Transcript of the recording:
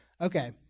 Okay